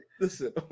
Listen